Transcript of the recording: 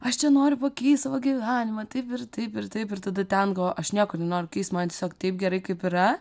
aš čia noriu pakeist savo gyvenimą taip ir taip ir taip ir tada ten galvo aš nieko nenoriu man tiesiog taip gerai kaip yra